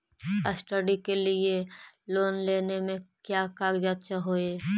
Study के लिये loan लेने मे का क्या कागजात चहोये?